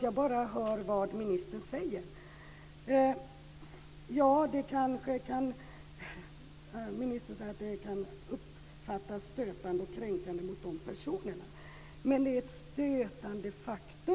Jag bara hör vad ministern säger. Ministern säger att detta kan uppfattas som störande och kränkande.